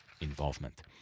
involvement